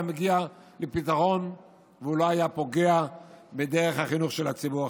והוא היה מגיע לפתרון ולא היה פוגע בדרך החינוך של הציבור החרדי.